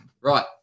Right